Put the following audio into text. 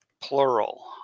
plural